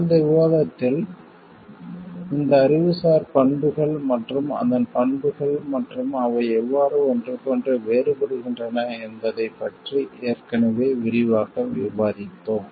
கடந்த விவாதத்தில் இந்த அறிவுசார் பண்புகள் மற்றும் அதன் பண்புகள் மற்றும் அவை எவ்வாறு ஒன்றுக்கொன்று வேறுபடுகின்றன என்பதைப் பற்றி ஏற்கனவே விரிவாக விவாதித்தோம்